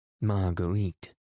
Marguerite